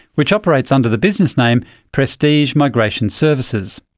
which operates under the business name prestige migration services.